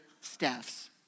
staffs